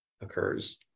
occurs